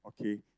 okay